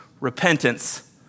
repentance